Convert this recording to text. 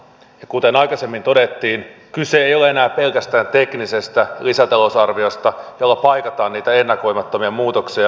ja kuten aikaisemmin todettiin kyse ei ole enää pelkästään teknisestä lisätalousarviosta jolla paikataan niitä ennakoimattomia muutoksia